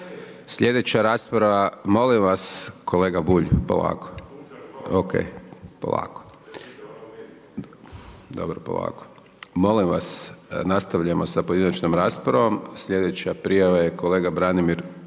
Sljedeća rasprava, molim vas kolega Bulj, polako, dobro polako. Molim vas, nastavljamo s pojedinačnom raspravom, sljedeća prijava je kolega Branimir